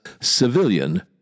civilian